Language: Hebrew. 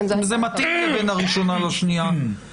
זה מתאים בין הראשונה לשנייה-שלישית.